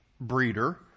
breeder